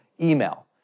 email